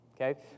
Okay